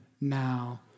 now